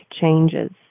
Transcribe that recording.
changes